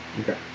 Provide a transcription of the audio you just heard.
Okay